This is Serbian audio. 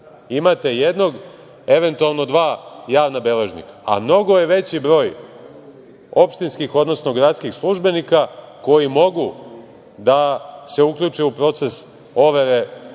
imate jednog, eventualno dva javna beležnika, a mnogo je veći broj opštinskih, odnosno gradskih službenika koji mogu da se uključe u proces overe potpisa